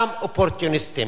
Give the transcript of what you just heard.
סתם אופורטוניסטים.